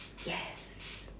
yes